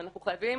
ואנחנו חייבים